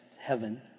heaven